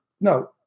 No